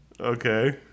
Okay